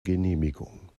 genehmigung